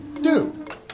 Dude